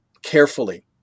carefully